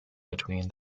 between